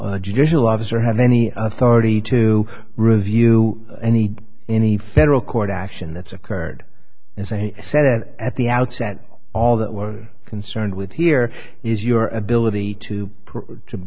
magistrate judicial officer have any authority to review any any federal court action that's occurred as i said at the outset all that we're concerned with here is your ability to